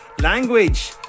language